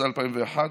התשס"א 2001,